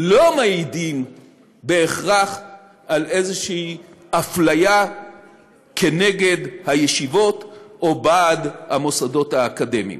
לא מעידים בהכרח על איזו אפליה כנגד הישיבות או בעד המוסדות האקדמיים.